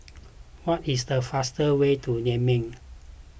what is the fastest way to Niamey